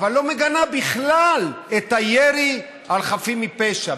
לא מגנה בכלל את הירי על חפים מפשע.